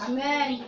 Amen